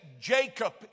Jacob